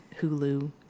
Hulu